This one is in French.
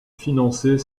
financer